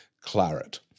claret